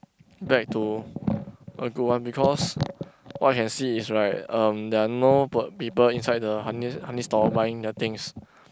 back to a good one because what I can see is right um there are no people people inside the honey honey store buying their things